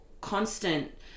constant